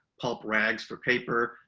pulp rags for paper,